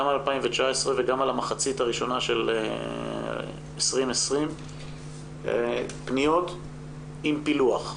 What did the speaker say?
גם על 2019 וגם על המחצית הראשונה של 2020. פניות עם פילוח.